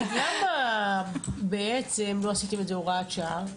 למה לא עשיתם את זה הוראת שעה?